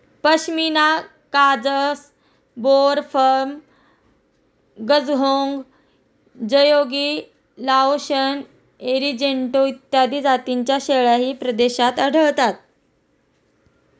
पश्मिना काजस, बोर, फर्म, गझहोंग, जयोगी, लाओशन, अरिजेंटो इत्यादी जातींच्या शेळ्याही परदेशात आढळतात